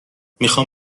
میخوام